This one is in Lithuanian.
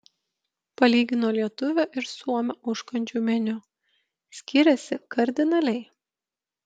palygino lietuvio ir suomio užkandžių meniu skiriasi kardinaliai